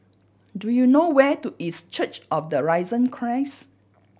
do you know where to is Church of the Risen Christ